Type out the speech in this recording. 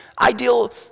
Ideal